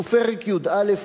ופרק י"א,